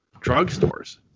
drugstores